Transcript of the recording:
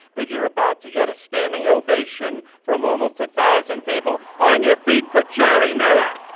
but you're about to get a standing ovation from almost a thousand people. on your feet for jerry miller!